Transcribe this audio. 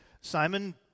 Simon